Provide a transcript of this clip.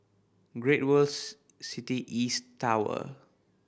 Great World City East Tower